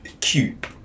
Cute